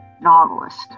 novelist